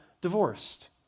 divorced